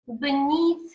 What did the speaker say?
beneath